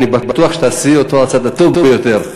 אני בטוח שתעשי אותו על הצד הטוב ביותר.